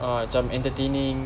uh cam entertaining